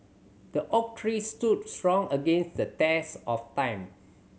the oak tree stood strong against the test of time